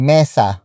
Mesa